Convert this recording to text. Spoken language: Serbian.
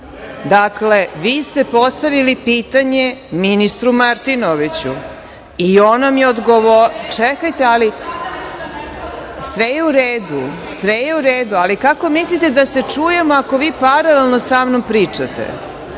vi ste postavili pitanje ministru Martinoviću i on vam je odgovorio, čekajte ali sve je u redu, sve je u redu, ali kako mislite da se čujemo ako vi paralelno sa mnom pričate? On